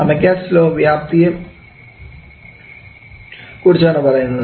Amagat's law വ്യാപ്തിയെ കുറിച്ചാണ് പറയുന്നത്